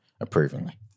approvingly